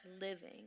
living